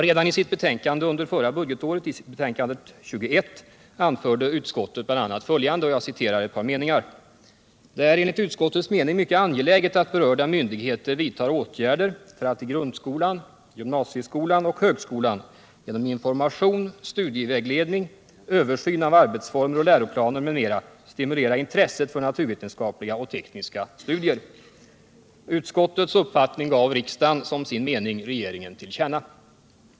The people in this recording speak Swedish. Redan i sitt betänkande 1975/76:21 anförde utskottet bl.a. följande: ”Det är enligt utskottets mening mycket angeläget att berörda myndigheter vidtar åtgärder för att i grundskolan, gymnasieskolan och högskolan genom information, studievägledning, översyn av arbetsformer och läroplaner m.m. stimulera intresset för naturvetenskapliga och tekniska studier.” Utskottets uppfattning gav riksdagen som sin mening regeringen till känna.